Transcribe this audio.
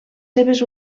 seves